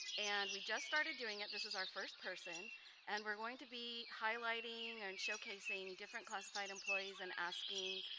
and we just started doing it this is our first person and we're going to be highlighting and showcasing different classified employees and asking